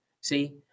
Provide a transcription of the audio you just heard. See